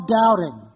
doubting